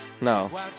No